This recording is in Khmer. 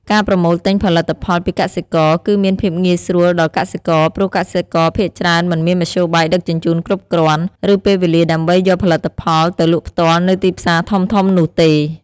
ការប្រមូលទិញផលិតផលពីកសិករ គឺមានភាពងាយស្រួលដល់កសិករព្រោះកសិករភាគច្រើនមិនមានមធ្យោបាយដឹកជញ្ជូនគ្រប់គ្រាន់ ឬពេលវេលាដើម្បីយកផលិតផលទៅលក់ផ្ទាល់នៅទីផ្សារធំៗនោះទេ។